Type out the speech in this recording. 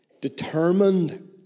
Determined